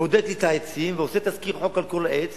ובודק לי את העצים ועושה תזכיר חוק על כל עץ,